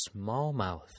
smallmouth